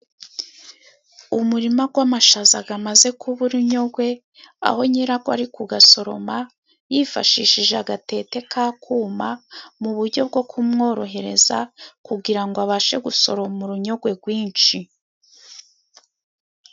Umurima w'amashaza amaze kuba urunyogwe, aho nyirarwo ari ku gasoroma yifashishije agatete ka kuma, mu buryo bwo kumworohereza kugira ngo abashe gusoroma urunyogwe rwinshi.